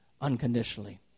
unconditionally